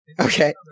Okay